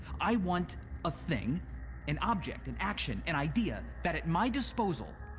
i want a thing an object, an action, an idea that, at my disposal,